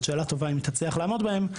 זאת שאלה טובה אם היא תצליח לעמוד בהם.